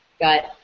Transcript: got